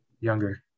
younger